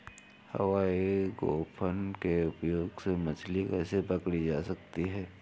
हवाई गोफन के उपयोग से मछली कैसे पकड़ी जा सकती है?